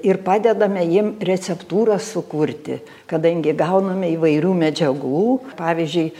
ir padedame jiem receptūras sukurti kadangi gauname įvairių medžiagų pavyzdžiui